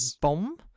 bomb